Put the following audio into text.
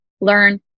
learn